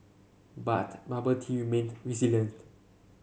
but bubble tea remained resilient